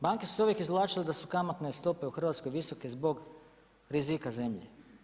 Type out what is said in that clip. Banke su se uvijek izvlačile da su kamatne stope u Hrvatskoj visoke zbog rizika zemlje.